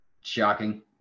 shocking